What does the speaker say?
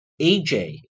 aj